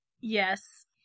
Yes